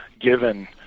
given